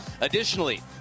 Additionally